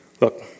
look